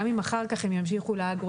גם אם אחר כך הם ימשיכו לאגרו-טק,